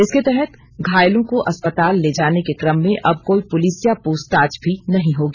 इसके तहत घायलों को अस्पताल ले जाने के क्रम में अब कोई पुलिसिया पूछताछ भी नहीं होगी